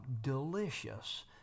delicious